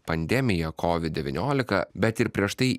pandemija kovid devyniolika bet ir prieš tai